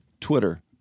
Twitter